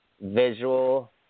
visual